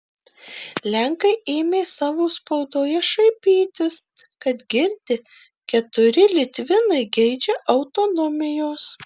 lenkai ėmė savo spaudoje šaipytis kad girdi keturi litvinai geidžia autonomijos